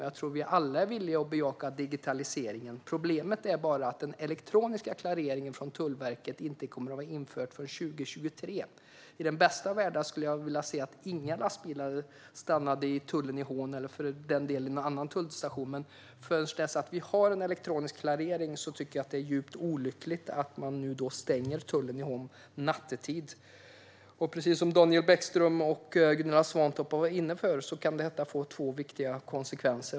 Jag tror att alla är villiga att bejaka digitaliseringen. Problemet är bara att den elektroniska klareringen från Tullverket inte kommer att vara införd förrän 2023. I den bästa av världar skulle jag vilja se att inga lastbilar stannar vid tullen i Hån eller för den delen någon annan tullstation, men till dess att vi har elektronisk klarering så tycker jag att det är djupt olyckligt att man stänger tullen i Hån nattetid. Precis som Daniel Bäckström och Gunilla Svantorp var inne på kan det få två viktiga konsekvenser.